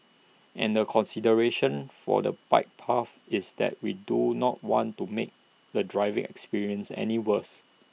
and the consideration for the bike path is that we do not want to make the driving experience any worse